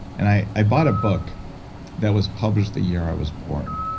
and i i bought a book that was published the year i was born,